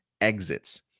exits